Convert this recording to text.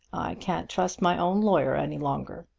can't trust my own lawyer any longer.